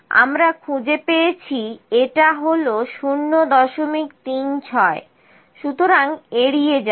আমরা খুঁজে পেয়েছি এটা হল 036 সুতরাং এড়িয়ে যাও